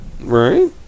Right